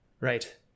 Right